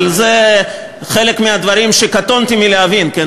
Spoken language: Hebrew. אבל זה חלק מהדברים שקטונתי מלהבין, כן?